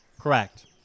Correct